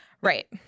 Right